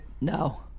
No